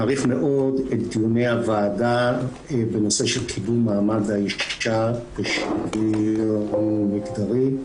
מעריך מאוד את דיוני הוועדה בנושא של קידום מעמד האישה ושוויון מגדרי.